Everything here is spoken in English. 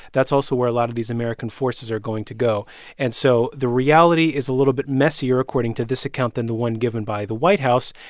that's also where a lot of these american forces are going to go and so the reality is a little bit messier, according to this account, than the one given by the white house.